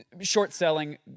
short-selling